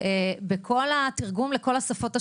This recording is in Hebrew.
בשיווק בכל התרגום לכל השפות השונות.